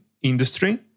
industry